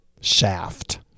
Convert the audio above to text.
shaft